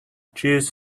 cheese